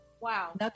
Wow